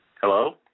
Hello